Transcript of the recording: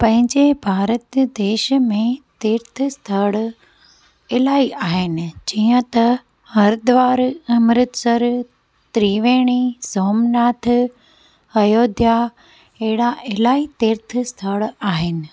पंहिंजे भारत देश में तीर्थ स्थण इलाही आहिनि जीअं त हरिद्वार अमृतसर त्रिवेणी सोमनाथ अयोध्या अहिड़ा इलाही तीर्थ स्थण आहिनि